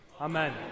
amen